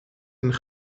een